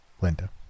Linda